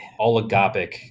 oligopic